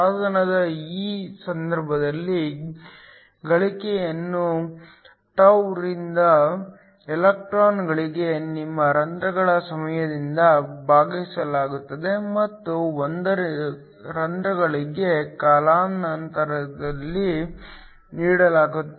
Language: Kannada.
ಸಾಧನದ ಈ ಸಂದರ್ಭದಲ್ಲಿ ಗಳಿಕೆಯನ್ನು τ ರಿಂದ ಎಲೆಕ್ಟ್ರಾನ್ಗಳಿಗೆ ನಿಮ್ಮ ರಂಧ್ರಗಳ ಸಮಯದಿಂದ ಭಾಗಿಸಲಾಗುತ್ತದೆ ಮತ್ತು 1 ರಂಧ್ರಗಳಿಗೆ ಕಾಲಾನಂತರದಲ್ಲಿ ನೀಡಲಾಗುತ್ತದೆ